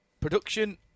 production